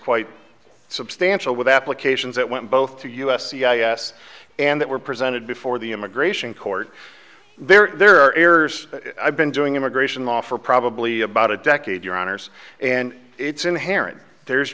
quite substantial with applications that went both to u s c i s and that were presented before the immigration court there are errors that i've been doing immigration law for probably about a decade your honour's and it's inherent there's